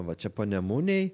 va čia panemunėj